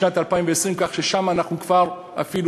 כך ששם אנחנו כבר אפילו